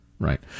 Right